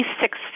six